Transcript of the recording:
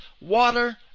water